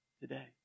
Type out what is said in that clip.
today